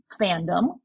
fandom